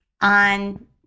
on